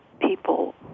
people